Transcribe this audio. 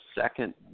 second